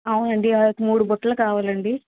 అవునండి అవి మూడు బుట్టలు కావాలండి